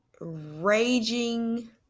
raging